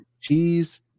Cheese